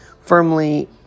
firmly